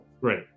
Right